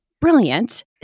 brilliant